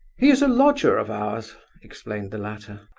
he is a lodger of ours, explained the latter.